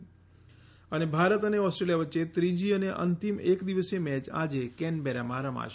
ત ભારત અને Australia વચ્ચે ત્રીજી અને અંતિમ એકદિવસીય મેચ આજે કેનબેરામાં રમાશે